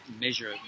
measure